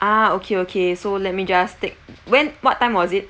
ah okay okay so let me just take when what time was it